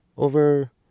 Over